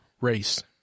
race